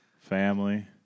family